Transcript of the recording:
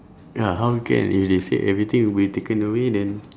ya how can if they say everything will be taken away then